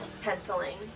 penciling